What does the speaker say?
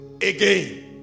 again